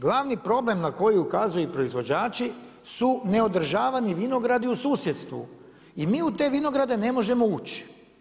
Glavni problem na koji ukazuju i proizvođači su neodržavani vinogradi u susjedstvu i mi u te vinograde ne možemo ući.